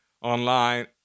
online